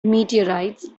meteorites